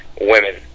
women